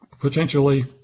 potentially